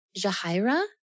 Jahaira